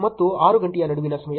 30 ಮತ್ತು 6 ಗಂಟೆಯ ನಡುವಿನ ಸಮಯ